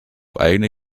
eigene